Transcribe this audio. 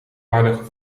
aardige